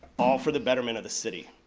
all for the betterment of the city.